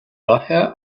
daher